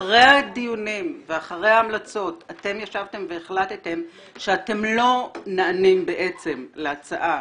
אחרי הדיונים ואחרי ההמלצות אתם ישבתם והחלטתם שאתם לא נענים בעצם להצעה